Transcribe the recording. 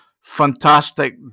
Fantastic